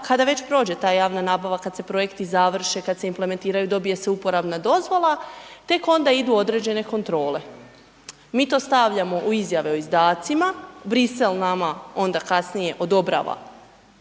kada već prođe ta javna nabava, kad se projekti završe, kad se implementiraju, dobije se uporabna dozvola, tek onda idu određene kontrole. Mi to stavljamo u izjave o izdacima, Brisel nama onda kasnije odobrava